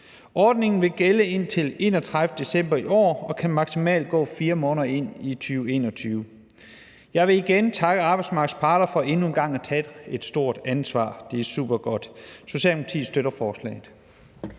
Ordningen vil gælde indtil 31. december i år og kan maksimalt gå 4 måneder ind i 2021. Jeg vil igen takke arbejdsmarkedets parter for endnu en gang at tage et stort ansvar. Det er supergodt. Socialdemokratiet støtter forslaget.